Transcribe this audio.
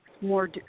more